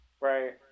right